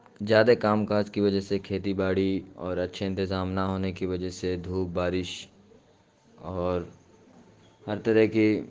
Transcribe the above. زیادہ کام کاج کی وجہ سے کھیتی باڑی اور اچھے انتظام نہ ہونے کی وجہ سے دھوپ بارش اور ہر طرح کی